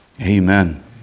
Amen